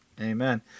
Amen